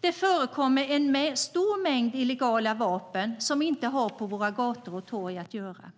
Det förekommer en stor mängd illegala vapen som inte har på våra gator och torg att göra.